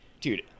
dude